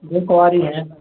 दो सवारी है